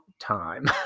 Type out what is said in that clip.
time